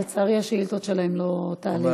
לצערי, השאילתות שלהם לא תעלינה.